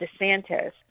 DeSantis